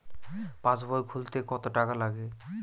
পাশবই খুলতে কতো টাকা লাগে?